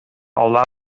olaf